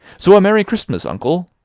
so a merry christmas, uncle!